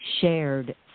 shared